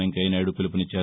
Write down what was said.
వెంకయ్య నాయుడు పిలుపునిచ్చారు